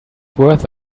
worth